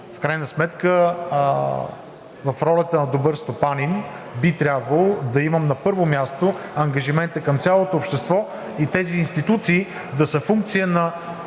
В крайна сметка в ролята на добър стопанин би трябвало да имам, на първо място, ангажимента към цялото общество и тези институции да са функция на